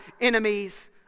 enemies